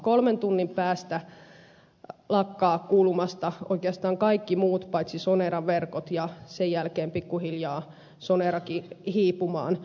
kolmen tunnin päästä lakkaavat kuulumasta oikeastaan kaikki muut paitsi soneran verkot ja sen jälkeen pikkuhiljaa rupeaa sonerakin hiipumaan